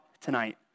tonight